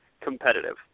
competitive